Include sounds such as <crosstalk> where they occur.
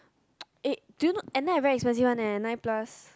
<noise> eh do you know at night very expensive one eh nine plus